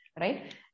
Right